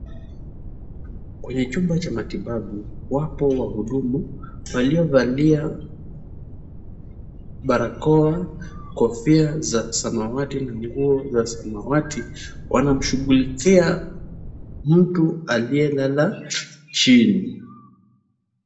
Kwenye chumba cha matibabu, wapo wahudumu waliovalia barakoa, kofia za samawati na nguo za samawati. Wanamshughulikia mtu aliyelala chini.